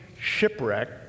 shipwreck